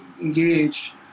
engaged